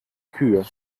kühe